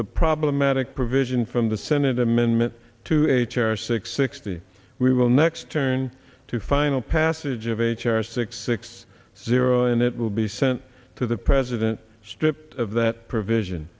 the problematic provision from the senate amendment to a chair six sixty we will next turn to final passage of a chair six six zero and it will be sent to the president stripped of that provision